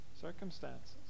circumstances